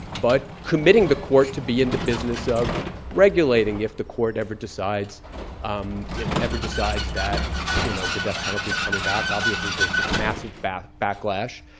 but committing the court to be in the business of regulating if the court ever decides um ever decides that you know the death penalty is coming back. obviously, there's this massive backlash.